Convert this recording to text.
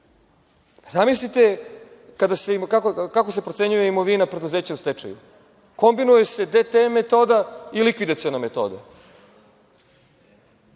Zamislite, kako se procenjuje imovina preduzeća u stečaju. Kombinuju se DT metoda i likvidaciona metoda.